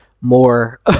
more